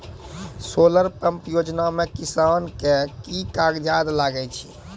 Solar pump योजना म किसान के की कागजात लागै छै?